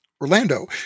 Orlando